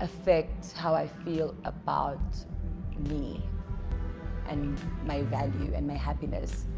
affect how i feel about me and my value and my happiness.